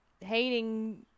hating